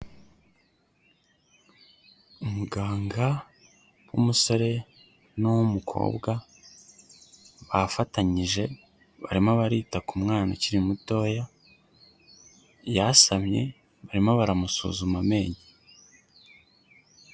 Umuganga w'umusore n'uw'umukobwa bafatanyije barimo barita ku mwana ukiri mutoya yasamye barimo baramusuzuma amenyo.